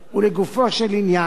ולגופו של עניין,